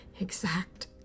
exact